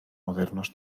modernos